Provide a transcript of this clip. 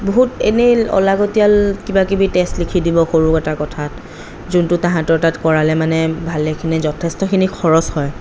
বহুত এনেই অলাগতীয়াল কিবাকিবি টেষ্ট লিখি দিব সৰু এটা কথাত যোনটো তাহাঁতৰ তাত কৰালে মানে ভালেখিনি যথেষ্টখিনি খৰচ হয়